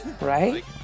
right